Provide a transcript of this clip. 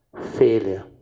failure